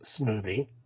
smoothie